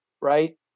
right